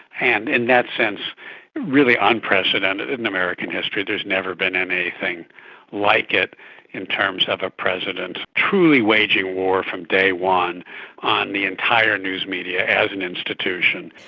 and in that sense really unprecedented in american history. there has never been anything like it in terms of a president truly waging war from day one on the entire news media as an institution.